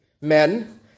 men